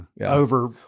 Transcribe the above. over